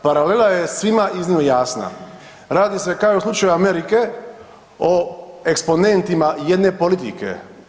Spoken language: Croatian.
Paralela je svima iznimno jasna, radi se kao i u slučaju Amerike o eksponentima jedne politike.